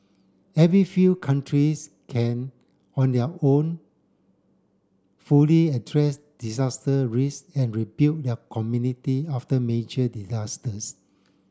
every few countries can on their own fully address disaster risk and rebuild their community after major disasters